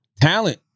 talent